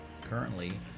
currently